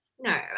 No